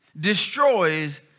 destroys